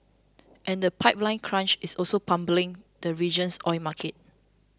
and the pipeline crunch is also pummelling the region's oil market